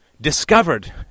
discovered